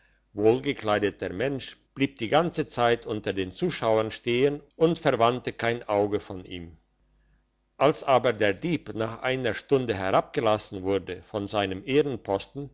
wohlgekleideter mensch blieb die ganze zeit unter den zuschauern stehen und verwandte kein auge von ihm als aber der dieb nach einer stunde herabgelassen wurde von seinem